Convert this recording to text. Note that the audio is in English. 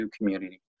community